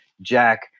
Jack